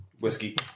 whiskey